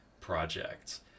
projects